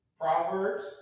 proverbs